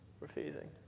refusing